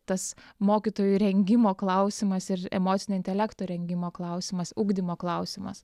tas mokytojų rengimo klausimas ir emocinio intelekto rengimo klausimas ugdymo klausimas